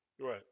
right